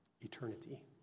Eternity